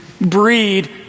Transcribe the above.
breed